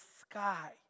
sky